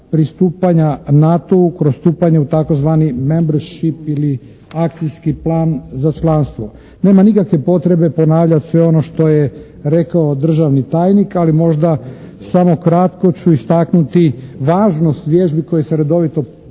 pristupanja NATO-u kroz stupanje u tzv. membership ili akcijski plan za članstvo. Nema nikakve potrebe ponavljati sve ono što je rekao državni tajnik ali možda samo kratko ću istaknuti važnost vježbi koje se redovito ponavljaju